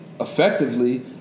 effectively